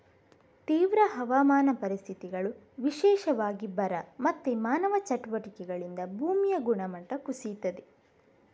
ತೀವ್ರ ಹವಾಮಾನ ಪರಿಸ್ಥಿತಿಗಳು, ವಿಶೇಷವಾಗಿ ಬರ ಮತ್ತೆ ಮಾನವ ಚಟುವಟಿಕೆಗಳಿಂದ ಭೂಮಿಯ ಗುಣಮಟ್ಟ ಕುಸೀತದೆ